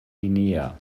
guinea